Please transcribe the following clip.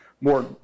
more